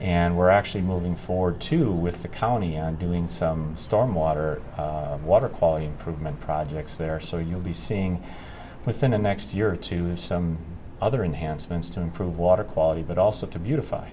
and we're actually moving forward to with the colony and doing some storm water water quality improvement projects there so you'll be seeing within the next year or two some other enhancements to improve water quality but also to beautify